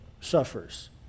suffers